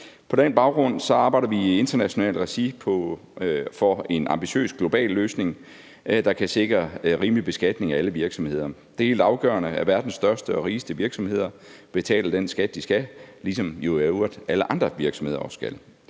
På den baggrund arbejder vi i internationalt regi for en ambitiøs global løsning, der kan sikre rimelig beskatning af alle virksomheder. Det er helt afgørende, at verdens største og rigeste virksomheder betaler den skat, de skal, ligesom jo i øvrigt alle andre virksomheder også skal.